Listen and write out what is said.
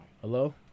Hello